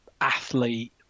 athlete